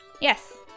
Yes